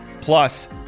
plus